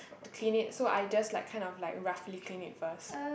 to clean it so I just like kind of like roughly clean it first